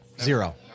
Zero